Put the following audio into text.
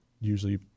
usually